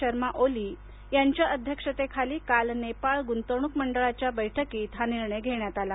शर्मा ओली यांच्या अध्यक्षतेखाली काल नेपाळ गुंतवणूक मंडळाच्या झालेल्या बैठकीत हा निर्णय घेतला गेला